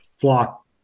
flock